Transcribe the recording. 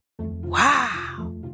Wow